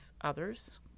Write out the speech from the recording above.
others